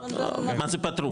מה זה פתרו?